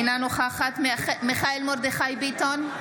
אינה נוכחת מיכאל מרדכי ביטון,